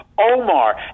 omar